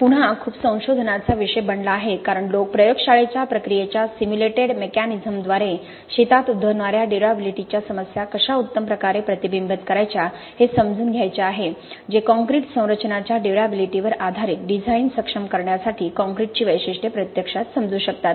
पुन्हा खूप संशोधनाचा विषय बनला आहे कारण लोक प्रयोगशाळेच्या प्रक्रियेच्या सिम्युलेटेड मेकॅनिझमद्वारे शेतात उद्भवणाऱ्या ड्युर्याबिलिटीच्या समस्या कशा उत्तम प्रकारे प्रतिबिंबित करायच्या हे समजून घ्यायचे आहे जे कॉंक्रिट संरचनांच्या ड्युर्याबिलिटीवर आधारित डिझाइन सक्षम करण्यासाठी कॉंक्रिटची वैशिष्ट्ये प्रत्यक्षात समजू शकतात